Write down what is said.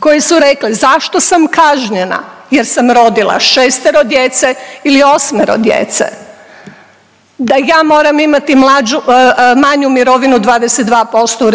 koje su rekle zašto sam kažnjena jer sam rodila šestero djece ili osmero djece da ja moram imati manju mirovinu 22% u